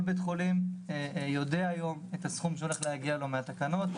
כל בית חולים יודע היום את הסכום שהולך להגיע אליו מהתקנות.